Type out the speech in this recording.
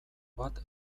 bat